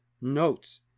notes